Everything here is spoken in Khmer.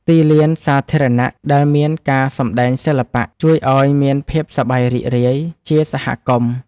ទីលានសាធារណៈដែលមានការសម្តែងសិល្បៈ ជួយឱ្យមានភាពសប្បាយរីករាយជាសហគមន៍។